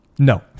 No